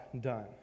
done